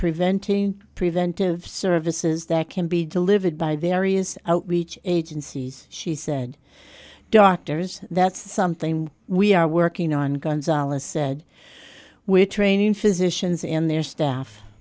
preventing preventive services that can be delivered by the areas outreach agencies she said doctors that's something we are working on gonzales said we're training physicians in their staff